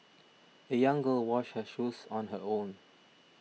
the young girl washed her shoes on her own